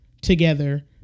together